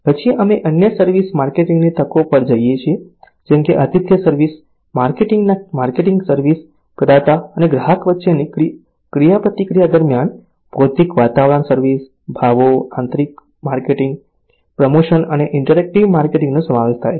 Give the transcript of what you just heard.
પછી અમે અન્ય સર્વિસ માર્કેટિંગની તકો પર જઈએ છીએ જેમ કે આતિથ્ય સર્વિસ માર્કેટિંગ ના માર્કેટિંગમાં સર્વિસ પ્રદાતા અને ગ્રાહક વચ્ચેની ક્રિયાપ્રતિક્રિયા દરમિયાન ભૌતિક વાતાવરણ સર્વિસ ભાવો આંતરિક માર્કેટિંગ પ્રમોશન અને ઇન્ટરેક્ટિવ માર્કેટિંગનો સમાવેશ થાય છે